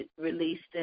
released